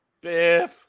Biff